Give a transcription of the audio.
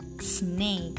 snake